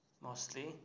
mostly